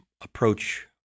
approach